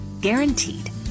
Guaranteed